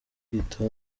kwitaho